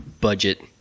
budget